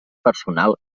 personal